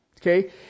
Okay